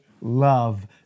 love